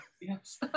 Yes